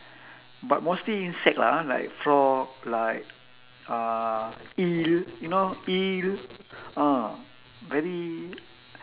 but mostly insect lah ha like frog like uh eel you know eel ah very